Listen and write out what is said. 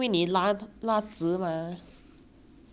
then 站起来就很瘦 lor 坐下来全部看得到 lor